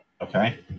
okay